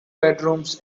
bedrooms